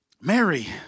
Mary